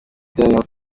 daniels